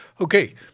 Okay